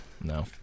No